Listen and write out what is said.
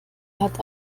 hat